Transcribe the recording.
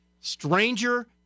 stranger